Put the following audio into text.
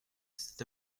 cet